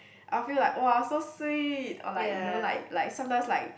I will feel like !wah! so sweet or like you know like like sometimes like